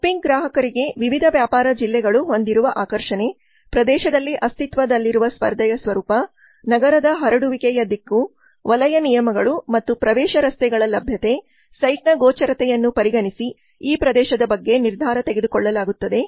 shopping ಗ್ರಾಹಕರಿಗೆ ವಿವಿಧ ವ್ಯಾಪಾರ ಜಿಲ್ಲೆಗಳು ಹೊಂದಿರುವ ಆಕರ್ಷಣೆ ಪ್ರದೇಶದಲ್ಲಿ ಅಸ್ತಿತ್ವದಲ್ಲಿರುವ ಸ್ಪರ್ಧೆಯ ಸ್ವರೂಪ ನಗರದ ಹರಡುವಿಕೆಯ ದಿಕ್ಕು ವಲಯ ನಿಯಮಗಳು ಮತ್ತು ಪ್ರವೇಶ ರಸ್ತೆಗಳ ಲಭ್ಯತೆ ಸೈಟ್ನ ಗೋಚರತೆಯನ್ನು ಪರಿಗಣಿಸಿ ಈ ಪ್ರದೇಶದ ಬಗ್ಗೆ ನಿರ್ಧಾರ ತೆಗೆದುಕೊಳ್ಳಲಾಗುತ್ತದೆ